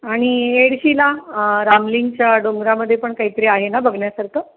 आणि येडशीला रामलिंगच्या डोंगरामध्ये पण काहीतरी आहे ना बघण्यासारखं